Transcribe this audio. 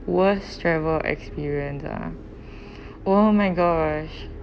worst travel experience ah oh my gosh